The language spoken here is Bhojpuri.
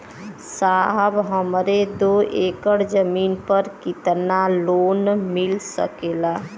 साहब हमरे दो एकड़ जमीन पर कितनालोन मिल सकेला?